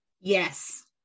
Yes